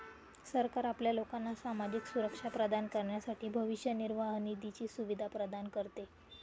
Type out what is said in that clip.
सरकार आपल्या लोकांना सामाजिक सुरक्षा प्रदान करण्यासाठी भविष्य निर्वाह निधीची सुविधा प्रदान करते